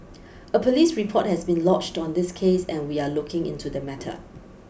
a police report has been lodged on this case and we are looking into the matter